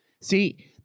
See